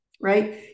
right